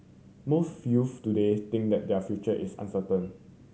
most youths today think that their future is uncertain